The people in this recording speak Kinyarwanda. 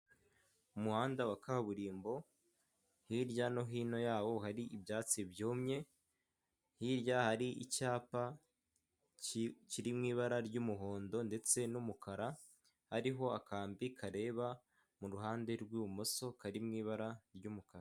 Umuhanda wa kaburimbo, hirya no hino yawo hari ibyatsi byumye, hirya hari icyapa kiri mu ibara ry'umuhondo ndetse n'umukara, hariho akambi kareba mu ruhande rw'ibumoso, kari mu ibara ry'umukara.